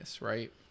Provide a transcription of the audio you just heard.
right